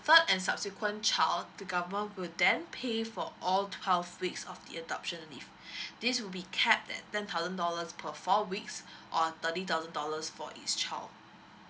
third and subsequent child the government will then pay for all twelve weeks of the adoption leave this will be cap at ten thousand dollars per four weeks or thirty thousand dollars for each child